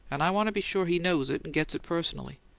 and i want to be sure he knows it, and gets it personally.